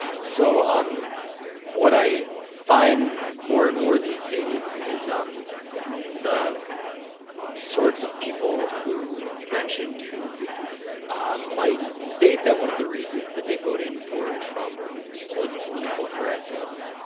so um what i find more and more these days is um the sorts of people who you mentioned who might state that one of the reasons that they voted from trump was political correctness.